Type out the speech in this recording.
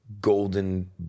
golden